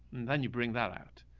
and then you bring that out.